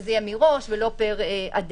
ושזה יהיה מראש ולא פר אדם.